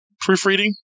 proofreading